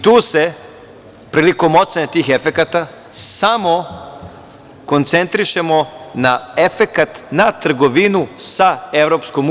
Tu se, prilikom ocene tih efekata, samo koncentrišemo na efekat na trgovinu sa EU.